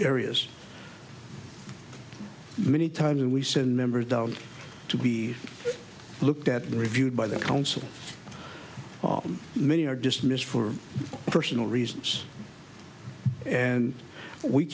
areas many times and we send members down to be looked at reviewed by the council on many are dismissed for personal reasons and we